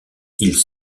ils